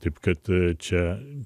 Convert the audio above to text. kaip kad čia